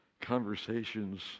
conversations